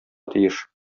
тиеш